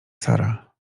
sara